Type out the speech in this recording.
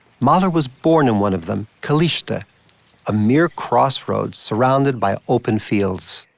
mahler was born in one of them, kaliste, a ah mere crossroads surrounded by open fields.